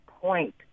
point